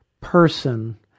person